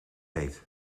heet